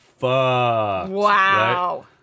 Wow